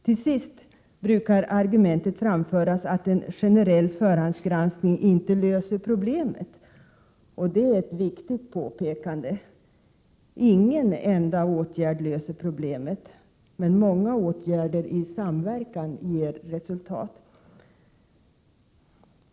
Till sist brukar argumentet att en generell förhandsgranskning inte löser problemet framföras. Det är ett viktigt påpekande. Ingen enda åtgärd löser problemet, men många åtgärder i samverkan ger resultat.